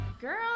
Girl